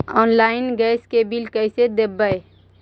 Online gas के bill कैसे देबै?